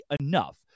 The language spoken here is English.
enough